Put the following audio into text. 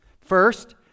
First